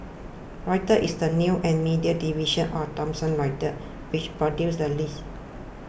Reuters is the news and media division of Thomson Reuters which produced the list